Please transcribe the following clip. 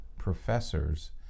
professors